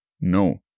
No